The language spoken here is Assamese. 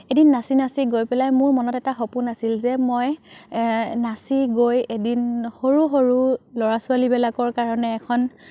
এদিন নাচি নাচি গৈ পেলাই মোৰ মনত এটা সপোন আছিল যে মই নাচি গৈ এদিন সৰু সৰু ল'ৰা ছোৱালীবিলাকৰ কাৰণে এখন